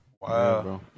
Wow